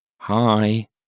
Hi